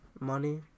money